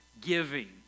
giving